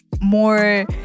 More